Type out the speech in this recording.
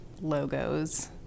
logos